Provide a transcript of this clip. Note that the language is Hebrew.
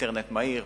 אינטרנט מהיר,